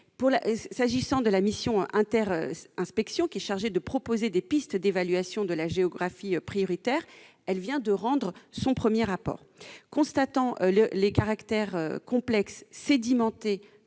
Quant à la mission inter-inspections chargée de proposer des pistes d'évolution de la géographie prioritaire, elle vient de rendre son premier rapport. Constatant le caractère complexe, sédimenté,